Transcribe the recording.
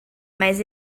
mas